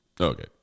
okay